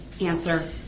Answer